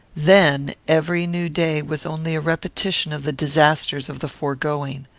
then every new day was only a repetition of the disasters of the foregoing.